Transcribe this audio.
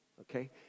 Okay